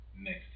next